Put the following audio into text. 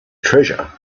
treasure